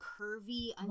curvy